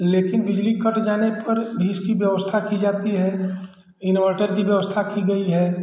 लेकिन बिजली कट जाने पर भी इसकी व्यवस्था की जाती है इंभर्टर की व्यवस्था की गई है